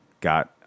got